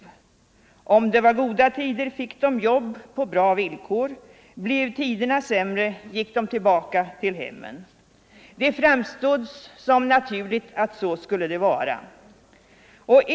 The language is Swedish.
Om Jämställdhet det var goda tider fick de jobb på bra villkor, blev tiderna sämre gick mellan män och de tillbaka till hemmen. Det framstod som naturligt att så skulle det — kvinnor, m.m. vara.